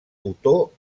otó